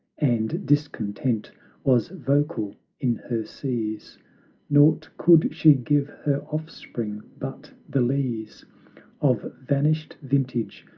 and discontent was vocal in her seas naught could she give her offspring, but the lees of vanished vintage,